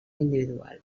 individual